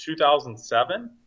2007